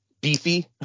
beefy